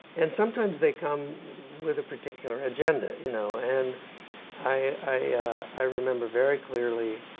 and sometimes they come with a particular agenda. you know and i remember very clearly,